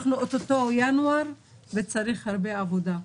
אנחנו או-טו-טו בינואר וצריך הרבה עבודה.